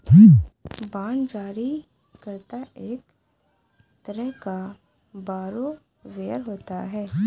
bond जारी करता एक तरह का बारोवेर होता है